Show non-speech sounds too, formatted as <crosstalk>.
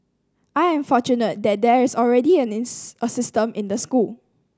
I am fortunate that there is already <unintelligible> a system in the school